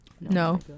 No